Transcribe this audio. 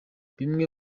bimwe